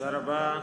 תודה רבה.